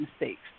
mistakes